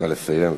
נא לסיים.